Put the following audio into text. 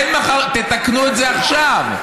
תתקנו את זה עכשיו.